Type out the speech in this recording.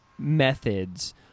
methods